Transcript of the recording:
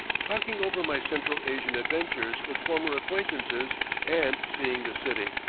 talking over my central asian adventures with former acquaintances and seeing the city.